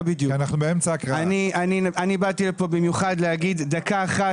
אני באתי לפה במיוחד להגיד דקה אחת,